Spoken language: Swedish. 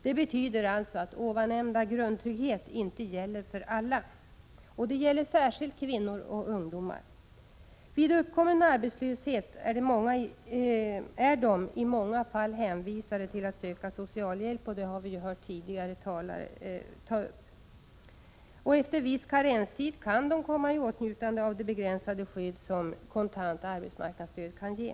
Det betyder att nyssnämnda grundtrygghet inte gäller för alla, särskilt inte för kvinnor och ungdomar. Vid uppkommen arbetslöshet är dessa i många fall hänvisade till att söka socialhjälp; det har vi hört tidigare talare ta upp. Efter viss karenstid kan de komma i åtnjutande av — Prot. 1986/87:94 det begränsade skydd som kontant arbetsmarknadsstöd kan ge.